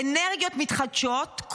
אנרגיות מתחדשות,